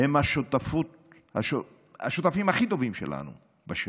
הם השותפים הכי טובים שלנו בשטח,